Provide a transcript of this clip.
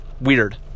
weird